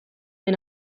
den